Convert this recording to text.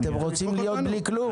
אתם רוצים להיות בלי כלום?